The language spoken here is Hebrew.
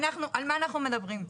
על מה אנחנו מדברים?